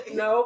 no